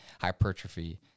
hypertrophy